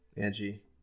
angie